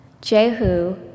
Jehu